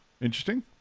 Interesting